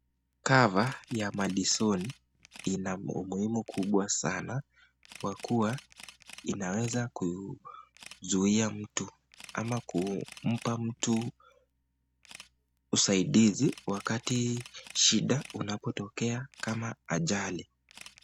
Cover ya Madison ina umuhimu kubwa sana kwa kuwa inaweza kuzuia mtu ama kumpa mtu usaidizi wakati shida unapotokea kama ajali.